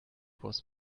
was